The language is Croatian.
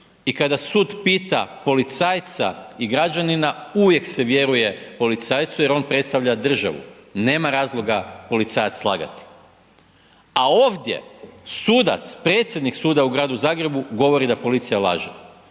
i kada sud pita policajca i građanina, uvijek se vjeruje policajcu jer on predstavlja državu, nema razlog policajac lagati. A ovdje sudac, predsjednik suda u gradu Zagrebu govori da policija laže.